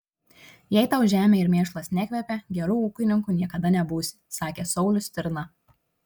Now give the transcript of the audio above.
jei tau žemė ir mėšlas nekvepia geru ūkininku niekada nebūsi sakė saulius stirna